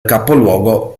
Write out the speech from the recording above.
capoluogo